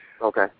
Okay